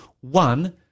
One